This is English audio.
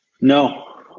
No